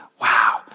wow